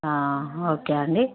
okay అండి